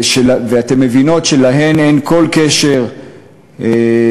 ואתן מבינות שאין להן כל קשר לדת,